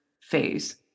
phase